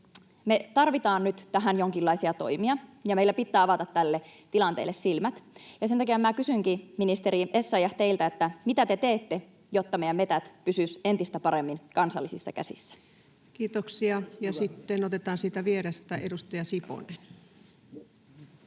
Me tarvitaan nyt tähän jonkinlaisia toimia, ja meidän pitää avata tälle tilanteelle silmät. Ja sen takia minä kysynkin, ministeri Essayah, teiltä: mitä te teette, jotta meidän metsämme pysyisivät entistä paremmin kansallisissa käsissä? [Speech 241] Speaker: Ensimmäinen